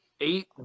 Eight